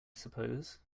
suppose